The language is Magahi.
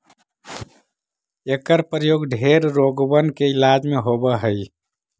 एकर प्रयोग ढेर रोगबन के इलाज में होब हई